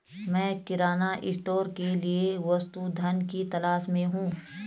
मैं किराना स्टोर के लिए वस्तु धन की तलाश में हूं